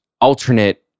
alternate